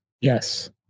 Yes